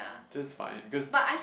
that's fine because